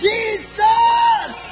Jesus